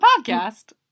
podcast